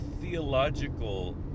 theological